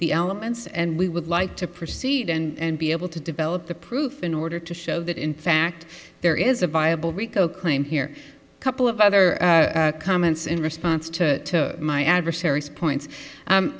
the elements and we would like to proceed and be able to develop the proof in order to show that in fact there is a viable rico claim here a couple of other comments in response to my adversaries points